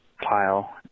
pile